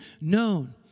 known